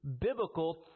biblical